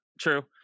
true